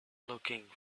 looking